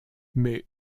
mais